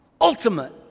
ultimate